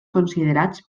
considerats